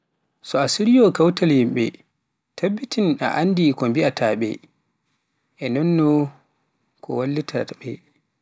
so a siryo to kawtal yimɓe tabbitin a anndi ko mbiyaa taa ɓe, e nonno ko wallitataa ɓe